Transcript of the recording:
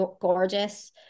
gorgeous